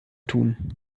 tun